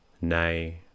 Nay